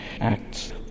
acts